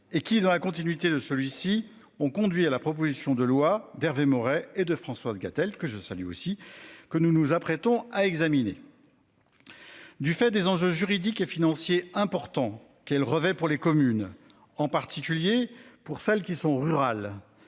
et qui dans la continuité de celui-ci, ont conduit à la proposition de loi d'Hervé Maurey et de Françoise Gatel, que je salue aussi que nous nous apprêtons à examiner. Du fait des enjeux juridiques et financiers importants qu'elle revêt pour les communes en particulier pour celles qui sont rurales